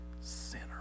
sinner